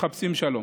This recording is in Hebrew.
שלום?